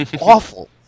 awful